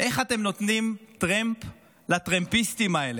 איך אתם נותנים טרמפ לטרמפיסטים האלה,